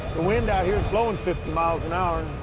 wind out here's blowing fifty miles an hour.